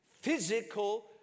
physical